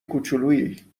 کوچولویی